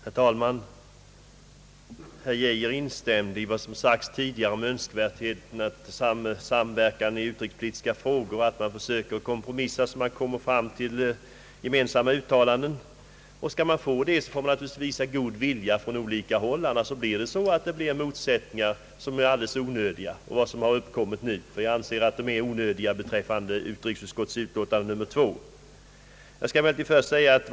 Herr talman! Herr Geijer instämde i de uttalanden som gjorts om önskvärdheten av samverkan i utrikespolitiska frågor. Även han ansåg att man bör försöka kompromissa sig fram till gemensamma uttalanden. Men om det skall vara möjligt, måste det finnas en god vilja på olika håll. Annars uppstår motsättningar sådana som de som nu har uppstått beträffande utrikesutskottets utlåtande nr 2. Jag anser motsättningarna i det fallet vara onödiga.